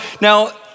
now